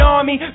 Army